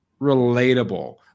relatable